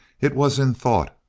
it was in thought,